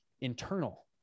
internal